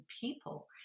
people